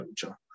culture